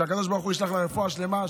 שהקדוש ברוך הוא ישלח לה רפואה שלמה,